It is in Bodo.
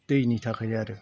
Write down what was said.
दैनि थाखाय आरो